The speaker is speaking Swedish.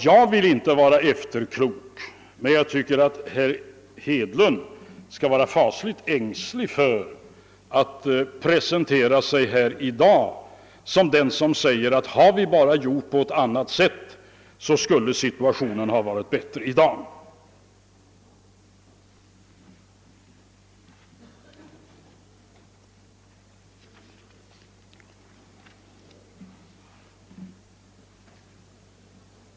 Jag vill inte vara efterklok, men jag tycker att herr Hedlund skall vara fasligt ängslig för att här presentera sig som den som säger att hade vi bara gjort på ett annat sätt, så skulle situationen ha varit bättre i dag.